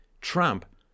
Trump